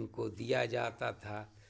उनको दिया जाता था